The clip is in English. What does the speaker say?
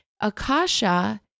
Akasha